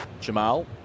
Jamal